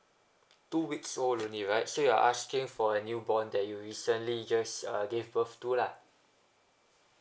two weeks old already right so you are asking for a new born that you recently just uh gave birth to lah